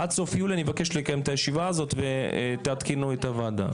עד סוף יולי אני מבקש לקיים את הישיבה הזאת ותעדכנו את הוועדה.